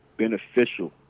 beneficial